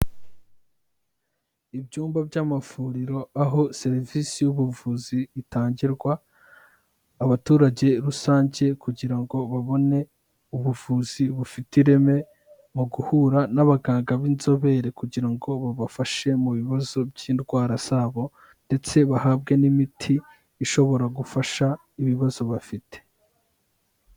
Ibyumba by'amavuriro aho serivisi y'ubuvuzi itangirwa, abaturage rusange kugira ngo babone ubuvuzi bufite ireme mu guhura n'abaganga b'inzobere kugira ngo babafashe mu bibazo by'indwara zabo ndetse bahabwe n'imiti ishobora gufasha ibibazo bafite.